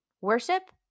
worship